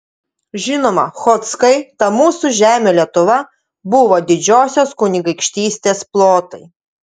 žinoma chodzkai ta mūsų žemė lietuva buvo didžiosios kunigaikštystės plotai